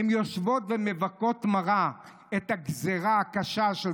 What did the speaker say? הן יושבות ומבכות מרה את הגזרה הקשה של